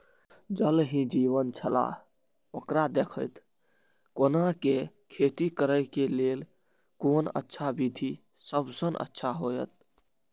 ज़ल ही जीवन छलाह ओकरा देखैत कोना के खेती करे के लेल कोन अच्छा विधि सबसँ अच्छा होयत?